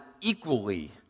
equally